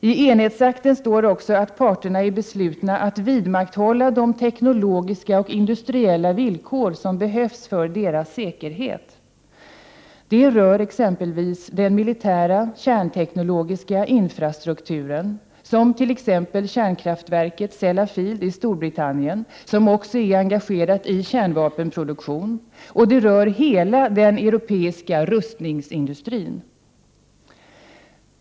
I enhetsakten står också att ”parterna är beslutna att vidmakthålla de teknologiska och industriella villkor som behövs för deras säkerhet”. Detta rör exempelvis den militära kärnteknologiska infrastrukturen som kärnkraftverket Sellafield i Storbritannien, som också är engagerat i kärnvapenproduktionen. Det rör hela den europeiska rustningsindustrin.